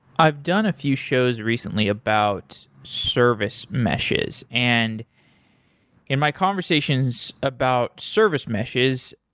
i've done a few shows recently about service meshes and in my conversations about service meshes,